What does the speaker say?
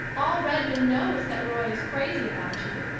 all redmond knows that roy is crazy about you,